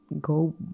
go